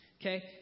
Okay